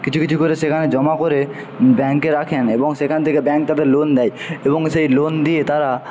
কিছু কিছু করে সেখানে জমা করে ব্যাঙ্কে রাখেন এবং সেখান থেকে ব্যাঙ্ক তাদের লোন দেয় এবং সেই লোন দিয়ে তারা